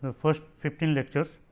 ah first fifteen lectures.